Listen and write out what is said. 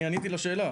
אני עניתי לשאלה.